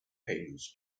payments